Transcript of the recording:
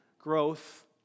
growth